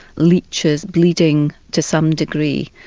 leeches, bleeding to some degree,